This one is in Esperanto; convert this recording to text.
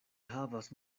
havas